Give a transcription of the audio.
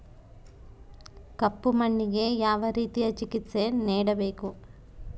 ಕಪ್ಪು ಮಣ್ಣಿಗೆ ಯಾವ ರೇತಿಯ ಚಿಕಿತ್ಸೆ ನೇಡಬೇಕು?